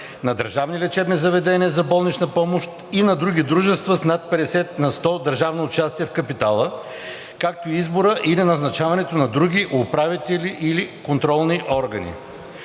на държавни лечебни заведения за болнична помощ и на други дружества с над 50 на сто държавно участие в капитала, както и избора или назначаването на други управители или контролни органи.